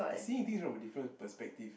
see things from a different perspective